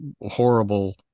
horrible